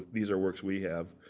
these are works we have.